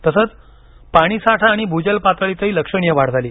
तसंच पाणी साठा आणि भूजलपातळीतही लक्षणीय वाढ झाली